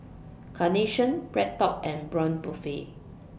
Carnation BreadTalk and Braun Buffel